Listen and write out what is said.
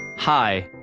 hi,